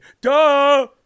Duh